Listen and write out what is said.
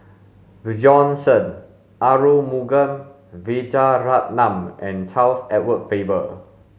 Bjorn Shen Arumugam Vijiaratnam and Charles Edward Faber